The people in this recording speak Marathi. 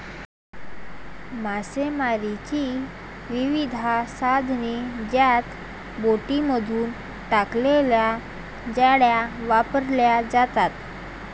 मासेमारीची विविध साधने ज्यात बोटींमधून टाकलेल्या जाळ्या वापरल्या जातात